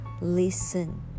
listen